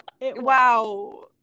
Wow